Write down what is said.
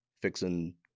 Fixing